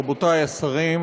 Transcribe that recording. רבותי השרים,